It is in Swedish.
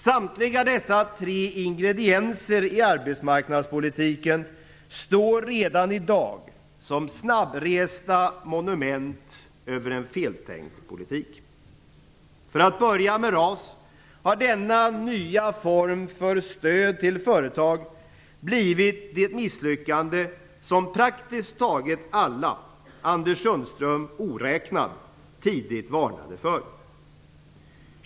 Samtliga dessa tre ingredienser i arbetsmarknadspolitiken står redan i dag som snabbresta monument över en feltänkt politik. För att börja med RAS så har denna nya form för stöd till företag blivit det misslyckande som praktiskt taget alla - Anders Sundström oräknad - tidigt varnade för.